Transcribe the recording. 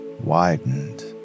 widened